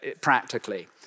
practically